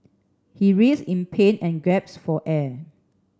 he in pain and for air